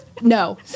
No